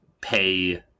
pay